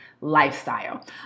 lifestyle